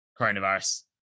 coronavirus